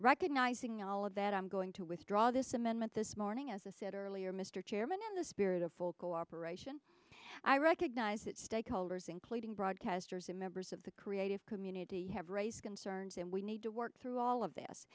recognizing all of that i'm going to withdraw this amendment this morning as a said earlier mr chairman in the spirit of full cooperation i recognize that stakeholders including broadcasters and members of the creative community have raised concerns and we need to work through all of this